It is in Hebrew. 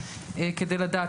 כדי לדעת.